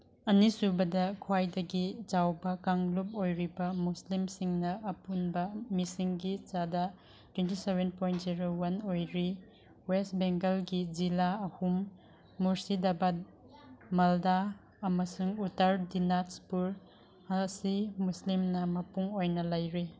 ꯑꯅꯤꯁꯨꯕꯗ ꯈ꯭ꯋꯥꯏꯗꯒꯤ ꯆꯥꯎꯕ ꯀꯥꯡꯂꯨꯞ ꯑꯣꯏꯔꯤꯕ ꯃꯨꯁꯂꯤꯝꯁꯤꯡꯅ ꯑꯄꯨꯟꯕ ꯃꯤꯁꯤꯡꯒꯤ ꯆꯥꯗ twenty seven point zero one ꯑꯣꯏꯔꯤ ꯋꯦꯁ ꯕꯦꯡꯒꯜꯒꯤ ꯖꯤꯂꯥ ꯑꯍꯨꯝ ꯃꯨꯔꯁꯤꯗꯕꯥꯠ ꯃꯜꯗꯥ ꯑꯃꯁꯨꯡ ꯎꯇꯔ ꯗꯤꯅꯥꯁꯄꯨꯔ ꯑꯁꯤ ꯃꯨꯁꯂꯤꯝꯅ ꯃꯄꯨꯡ ꯑꯣꯏꯅ ꯂꯩꯔꯤ